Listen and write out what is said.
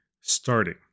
starting